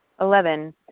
Eleven